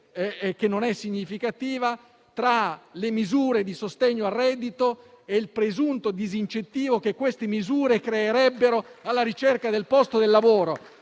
che non è significativa tra le misure di sostegno al reddito e il presunto disincentivo che queste misure creerebbero alla ricerca del posto del lavoro.